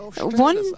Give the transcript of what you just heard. One